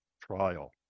trial